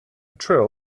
trill